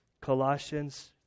Colossians